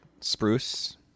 spruce